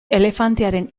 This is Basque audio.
elefantearen